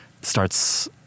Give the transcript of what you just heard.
starts